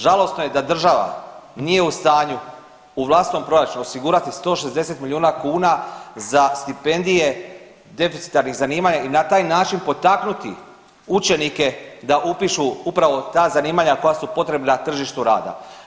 Žalosno je da država nije u stanju u vlastitom proračunu osigurati 160 milijuna kuna za stipendije deficitarnih zanimanja i na taj način potaknuti učenike da upišu upravo ta zanimanja koja su potrebna na tržištu rada.